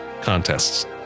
contests